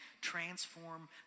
transform